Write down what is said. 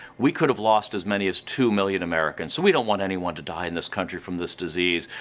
we could have lost as many as two million americans. so we dont want anyone to die in this country from this disease,